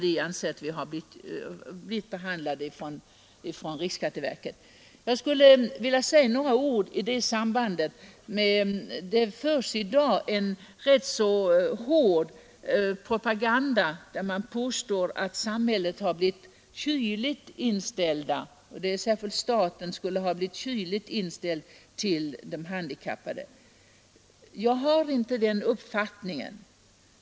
I det sammanhanget skulle jag vilja säga några ord. Det förs i dag en rätt hård propaganda, där man påstår att samhället och särskilt staten har börjat visa en kylig inställning till de handikappade. Jag har inte den uppfattningen.